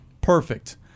Perfect